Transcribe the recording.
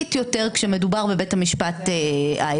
ערכית יותר כאשר מדובר בבית המשפט העליון.